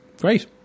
great